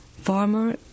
farmer